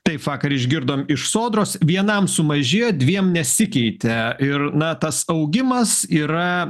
taip vakar išgirdom iš sodros vienam sumažėjo dviem nesikeitė ir na tas augimas yra